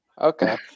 Okay